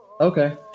Okay